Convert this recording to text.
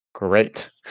great